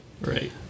Right